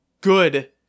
good